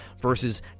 versus